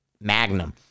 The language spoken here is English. Magnum